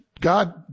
God